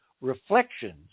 reflections